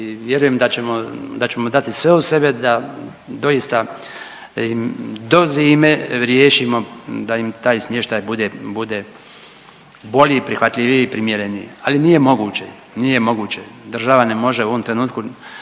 vjerujem da ćemo dati sve od sebe da doista do zime riješimo da im taj smještaj bude bolji, prihvatljiviji, primjereniji. Ali nije moguće, nije moguće, država ne može u ovom trenutku,